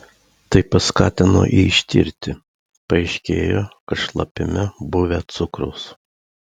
tai paskatino jį ištirti paaiškėjo kad šlapime buvę cukraus